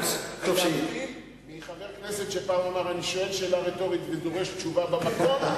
להבדיל מחבר כנסת שפעם אמר: אני שואל שאלה רטורית ודורש תשובה במקום,